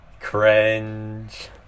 cringe